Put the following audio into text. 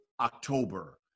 October